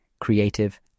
creative